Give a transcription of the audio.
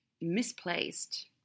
misplaced